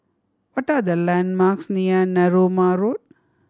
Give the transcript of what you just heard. what are the landmarks near Narooma Road